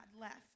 left